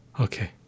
Okay